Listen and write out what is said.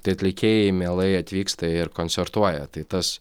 tai atlikėjai mielai atvyksta ir koncertuoja tai tas